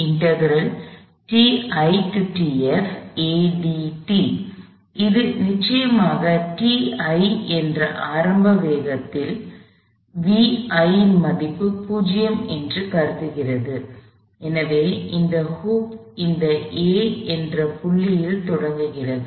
இது நிச்சயமாக ti என்ற ஆரம்ப நேரத்தில் வேகம் vi இன் மதிப்பு 0 என்று கருதுகிறது எனவே இந்த ஹூப் இந்த A என்ற புள்ளியில் தொடங்குகிறது